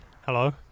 Hello